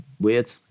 Weird